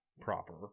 proper